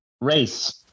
race